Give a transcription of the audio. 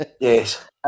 Yes